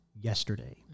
yesterday